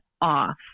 off